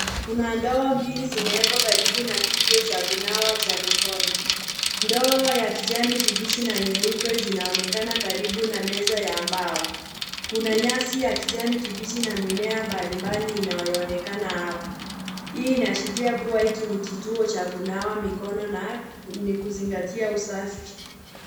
Kuna ndawa mbili zimewekwa kwa kituo chakuna wa cha mikono ndoa ya kijani kibichi na. Nyeupe zinaonekaana karibu na ambao. Kuna nyasi ya kijani kibichi na mimea ya kijani kibichi na mimea mbalimbali inayaonekana apo. HIi inaashiria kuwa iki ni kituo cha kunawa mikono na ni kizingatia usafi.